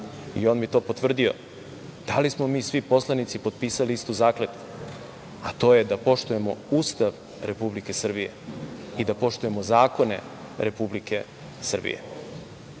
i on mi je to potvrdio. Da li smo mi svi poslanici potpisali istu zakletvu? A, to je da poštujemo Ustav Republike Srbije i da poštujemo zakone Republike Srbije. Naime,